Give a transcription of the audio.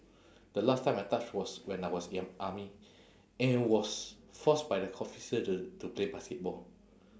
the last time I touch was when I was in army and was forced by the officer to to play basketball